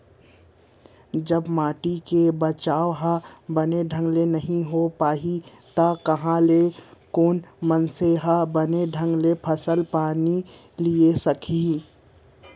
जब माटी के बचाय ह बने ढंग ले नइ होय पाही त कहॉं ले कोनो मनसे ह बने ढंग ले फसल पानी लिये सकही